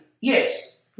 Yes